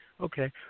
okay